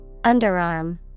Underarm